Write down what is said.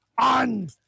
On